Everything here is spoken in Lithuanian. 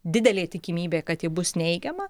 didelė tikimybė kad ji bus neigiama